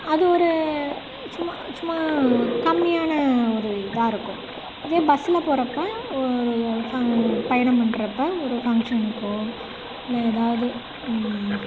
அது ஒரு சும்மா சும்மா கம்மியான ஒரு இதாக இருக்கும் இதே பஸ்ஸில் போறப்போ ஒரு ஃப பயணம் பண்றப்போ ஒரு ஃபங்க்ஷனுக்கோ இல்லை ஏதாவது